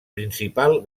principal